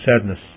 sadness